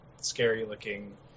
scary-looking